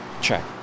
Check